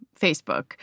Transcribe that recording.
Facebook